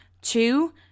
Two